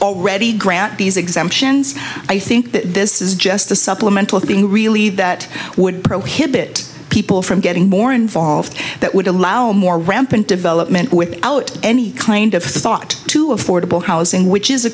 already grant these exemptions i think that this is just a supplemental thing really that would prohibit people from getting more involved that would allow more rampant development without any kind of thought to affordable housing which is a